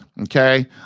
okay